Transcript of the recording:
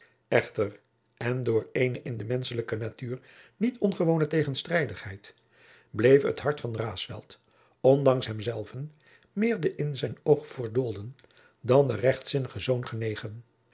echter en door eene in de menschelijke natuur niet ongewone tegenstrijdigheid bleef het hart van raesfelt ondanks hem zelven meer den in zijn oog verdoolden dan den rechtzinnigen zoon genegen